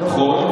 נכון.